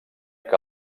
que